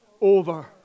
over